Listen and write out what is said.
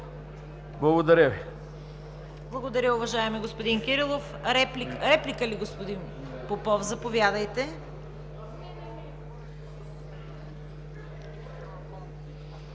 КАРАЯНЧЕВА: Благодаря, уважаеми господин Кирилов. Реплика ли, господин Попов? Заповядайте.